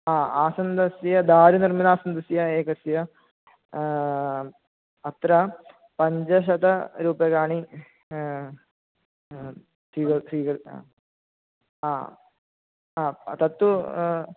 हा आसन्दस्य दारुनिर्मितासन्दस्य एकस्य अत्र पञ्चशतरूप्यकाणि सीगल् हा हा तत्तु